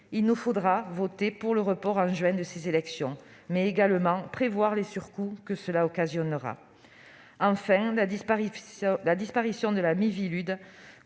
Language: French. il nous faudra voter pour le report en juin de ces élections, mais également prévoir les surcoûts que cela occasionnera. Enfin, la disparition de la mission